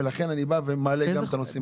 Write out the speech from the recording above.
לכן אני בא ומעלה גם את הנושאים האלה.